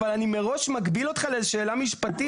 אבל אני מראש מגביל אותך לשאלה משפטית.